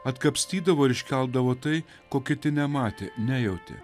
atkapstydavo ir iškeldavo tai ko kiti nematė nejautė